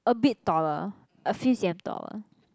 a bit taller a few C_M taller